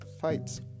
fights